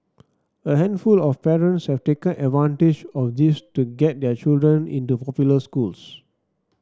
a handful of parents have taken advantage of this to get their children into popular schools